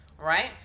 Right